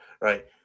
Right